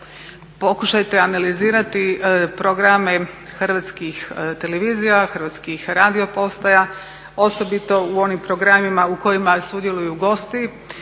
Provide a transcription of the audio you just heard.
Pokušajte analizirati programe hrvatskih televizija, hrvatskih radio postaja osobito u onim programima u kojima sudjeluju gosti.